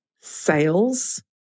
sales